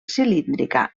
cilíndrica